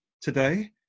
Today